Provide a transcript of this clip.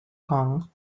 kong